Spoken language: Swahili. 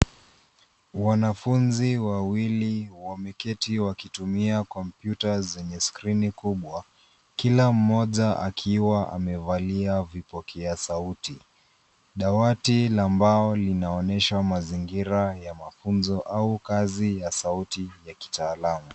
Wanafunzi wawili wameketi wakitumia kompyuta zenye skrini kubwa kila mmoja akiwa amevalia vipokea sauti. Dawati la mbao linaonyesha mazingira yenye mafunzo au kazi ya sauti ya kitaalamu.